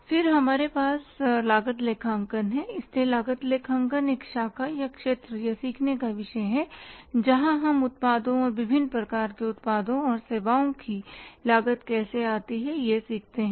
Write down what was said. फिर हमारे पास लागत लेखांकन है इसलिए लागत लेखांकन एक शाखा या क्षेत्र या सीखने का विषय है जहां हम उत्पादों और विभिन्न प्रकार के उत्पादों और सेवाओं की लागत कैसे आती है यह सीखते हैं